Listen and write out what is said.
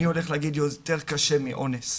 אני הולך להגיד יותר קשה מאונס.